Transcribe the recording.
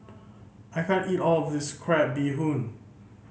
I can't eat all of this crab bee hoon